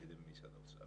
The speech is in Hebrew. על ידי משרד האוצר.